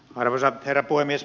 arvoisa herra puhemies